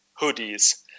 hoodies